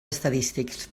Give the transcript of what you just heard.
estadístics